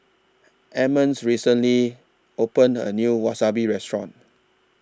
Emmons recently opened A New Wasabi Restaurant